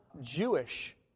Jewish